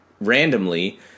randomly